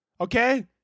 okay